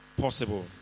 possible